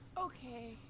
Okay